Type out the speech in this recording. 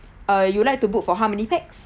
uh you'd like to book for how many pax